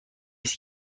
است